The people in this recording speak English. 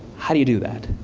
how do you do that?